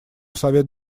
совет